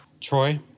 Troy